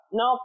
no